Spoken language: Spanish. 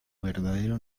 verdadero